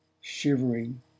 shivering